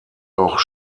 auch